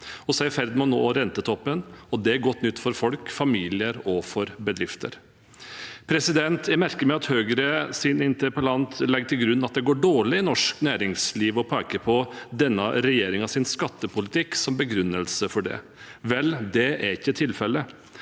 Vi er i ferd med å nå rentetoppen. Det er godt nytt for folk, familier og bedrifter. Jeg merker meg at Høyres interpellant legger til grunn at det går dårlig i norsk næringsliv, og peker på denne regjeringens skattepolitikk som begrunnelse for det. Vel, det er ikke tilfellet.